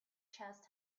chest